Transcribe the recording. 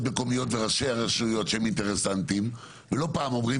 מקומיות וראשי הרשויות שהם אינטרסנטים ולא פעם אומרים